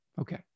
Okay